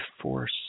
force